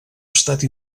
estat